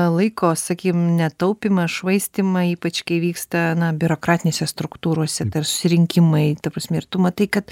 laiko sakykim netaupymą švaistymą ypač kai vyksta na biurokratinėse struktūrose ta susirinkimai ta prasme ir tu matai kad